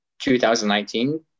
2019